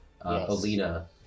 Alina